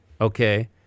Okay